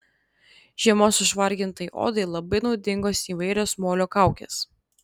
žiemos išvargintai odai labai naudingos įvairios molio kaukės